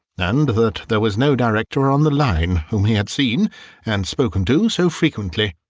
and that there was no director on the line whom he had seen and spoken to so frequently.